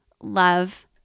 love